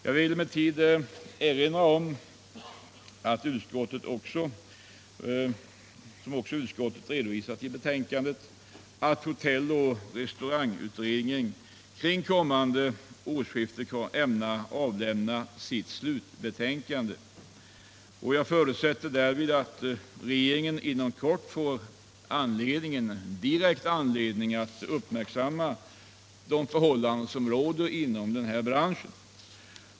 Jag vill erinra om — vilket utskottet också har redovisat i betänkandet —- att hotelloch restaurangutredningen kring kommande årsskifte ämnar avlämna sitt slutbetänkande. Jag förutsätter att regeringen därmed inom kort får direkt anledning att uppmärksamma förhållandena inom branschen.